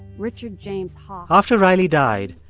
richard james hauck after riley died,